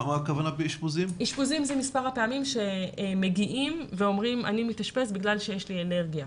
אשפוזים זה מספר הפעמים שמגיעים ואומרים שמתאשפזים בגלל שיש אלרגיה.